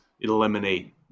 eliminate